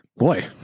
Boy